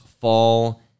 fall